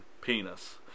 penis